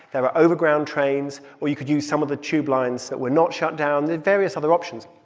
there are over-ground trains, or you could use some of the tube lines that were not shut down there are various other options.